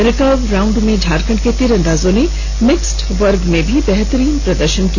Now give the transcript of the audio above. recurve round में झारखंड के तीरंदाजों ने मिक्स वर्ग में भी बेहतरीन प्रदर्शन किया